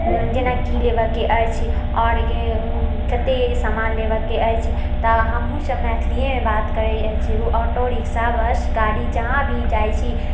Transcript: जेना की लेबेके अछि आओर कतेक समान लेबेके अछि तऽ हमहुँ सब मैथिलिएमे बात करैत छी ऑटो रिक्शा बस गाड़ी जहाँ भी जाइत छी